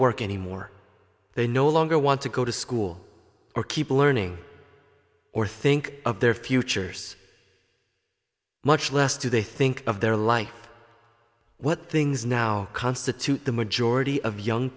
work anymore they no longer want to go to school or keep learning or think of their futures much less do they think of their life what things now constitute the majority of young